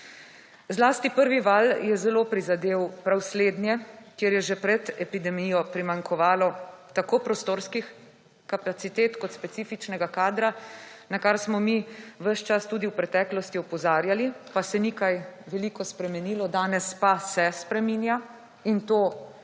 Zlasti prvi val je zelo prizadel prav slednje, kjer je že pred epidemijo primanjkovalo tako prostorskih kapacitet kot specifičnega kadra, na kar smo mi ves čas tudi v preteklosti opozarjali, pa se ni kaj veliko spremenilo. Danes pa se spreminja, in to je